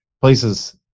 places